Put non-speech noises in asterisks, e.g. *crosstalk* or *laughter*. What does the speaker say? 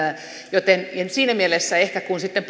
joten siinä mielessä ehkä kun sitten *unintelligible*